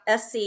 SC